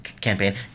Campaign